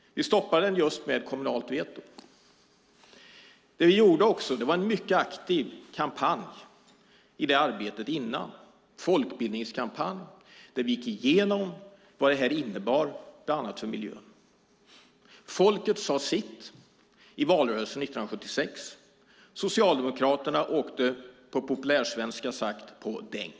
Vi stoppade den med ett kommunalt veto. Vi genomförde också en mycket aktiv folkbildningskampanj i det arbetet. Där gick vi igenom vad det här innebar bland annat för miljön. Folket sade sitt i valrörelsen 1976. Socialdemokraterna åkte, på populärsvenska sagt, på däng.